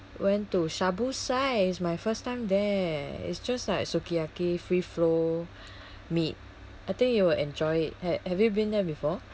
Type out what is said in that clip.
went to shabu sai it's my first time there it's just like sukiyaki free flow meat I think you will enjoy it ha~ have you been there before